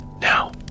Now